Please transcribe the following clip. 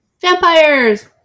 vampires